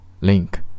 Link